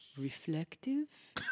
reflective